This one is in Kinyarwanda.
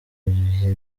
bihe